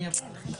מי הוועדה?